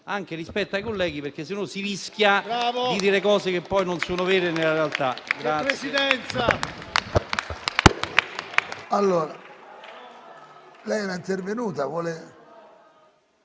anche rispetto ai colleghi, altrimenti si rischia di dire cose che poi non sono vere nella realtà.